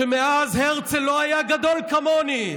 שמאז הרצל לא היה גדול כמוני,